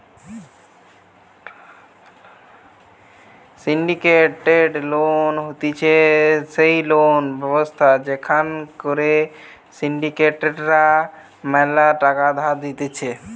syndicated loan হতিছে সেই loan ব্যবস্থা যেখান করে সিন্ডিকেট রা ম্যালা টাকা ধার দিতেছে